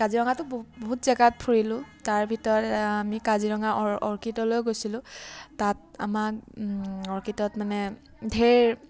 কাজিৰঙাটো বহুত জেগাত ফুৰিলোঁ তাৰ ভিতৰত আমি কাজিৰঙা অৰ্কিডলৈ গৈছিলোঁ তাত আমাক অৰ্কিডত মানে ঢেৰ